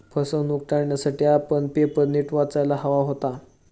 फसवणूक टाळण्यासाठी आपण पेपर नीट वाचायला हवा होता